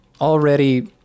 already